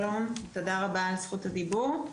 שלום, תודה רבה על זכות הדיבור.